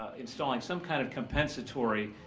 ah installing some kind of compensatory